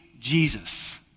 Jesus